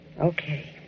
Okay